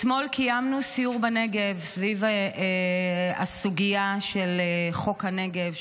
אתמול קיימנו סיור בנגב סביב הסוגיה של חוק הנגב,